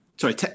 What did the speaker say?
sorry